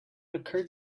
occurred